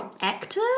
actor